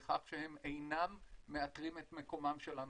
בכך שהם אינם מאכנים את מקומם של אנשים.